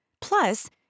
Plus